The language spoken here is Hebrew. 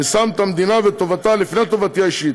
אני שם את המדינה ואת טובתה לפני טובתי האישית.